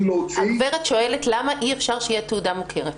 להוציא --- הגברת שואלת למה אי אפשר שתהיה תעודה מוכרת.